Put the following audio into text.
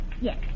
Yes